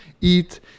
eat